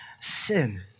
sin